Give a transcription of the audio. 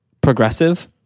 progressive